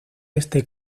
este